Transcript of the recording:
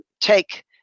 take